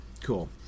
Cool